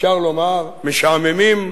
אפשר לומר, משעממים,